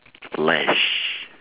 flash